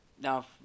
now